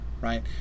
right